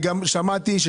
וגם שמעתי,